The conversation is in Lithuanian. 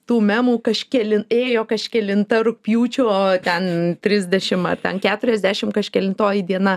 tų memų kažke ėjo kažkelinta rugpjūčio ten trisdešimt ar ten keturiasdešimt kažkelintoji diena